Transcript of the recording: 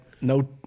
no